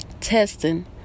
testing